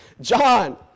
John